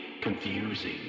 confusing